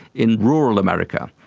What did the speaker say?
in rural america.